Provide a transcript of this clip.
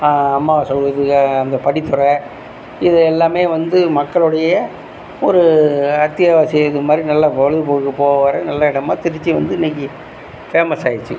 அம்மாவாசை அந்த படித்தொற இது எல்லாமே வந்து மக்களோடைய ஒரு அத்தியாவசிய இது மாதிரி நல்லா பொழுதுபோக்கு போகிற நல்ல இடமா திருச்சி வந்து இன்னைக்கு ஃபேமஸ் ஆய்டுச்சு